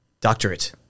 Doctorate